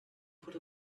put